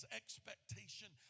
expectation